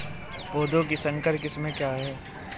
पौधों की संकर किस्में क्या हैं?